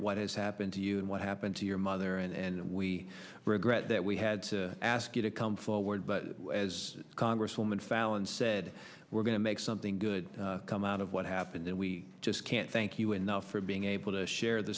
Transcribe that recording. what has happened to you and what happened to your mother and we regret that we had to ask you to come forward but as congresswoman fallon said we're going to make something good come out of what happened and we just can't thank you enough for being able to share the